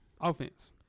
Offense